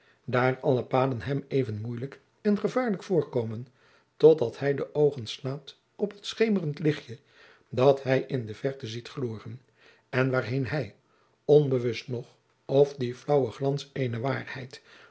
daar alle paden hem jacob van lennep de pleegzoon even moeilijk en gevaarlijk voorkomen tot dat hij de oogen slaat op het schemerend lichtje dat hij in de verte ziet glooren en waarheen hij onbewust nog of die flaauwe glans eene waarheid